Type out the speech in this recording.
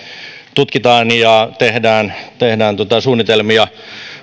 tutkitaan ja tehdään tehdään suunnitelmia